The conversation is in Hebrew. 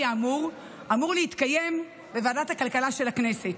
אמור להתקיים בוועדת הכלכלה של הכנסת.